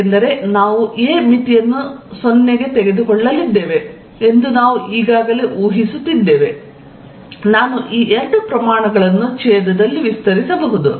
ಏಕೆಂದರೆ ನಾವು 'a' ಮಿತಿಯನ್ನು 0 ಕ್ಕೆ ತೆಗೆದುಕೊಳ್ಳಲಿದ್ದೇವೆ ಎಂದು ನಾವು ಈಗಾಗಲೇ ಊಹಿಸುತ್ತಿದ್ದೇವೆ ನಾನು ಈ ಎರಡು ಪ್ರಮಾಣಗಳನ್ನು ಛೇದದಲ್ಲಿ ವಿಸ್ತರಿಸಬಹುದು